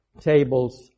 tables